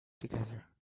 together